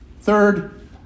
Third